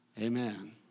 Amen